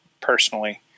personally